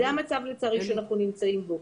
זה המצב, לצערי, שאנחנו נמצאים בו.